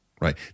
right